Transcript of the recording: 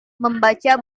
membaca